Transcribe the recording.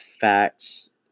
facts